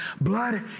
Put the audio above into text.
Blood